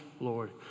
Lord